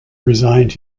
resigned